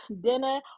dinner